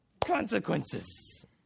consequences